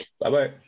bye-bye